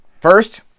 First